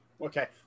okay